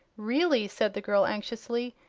really, said the girl, anxiously,